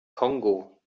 kongo